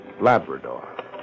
Labrador